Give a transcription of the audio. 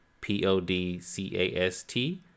P-O-D-C-A-S-T